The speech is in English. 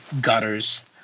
gutters